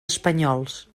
espanyols